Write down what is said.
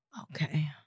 Okay